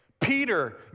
Peter